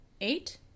eight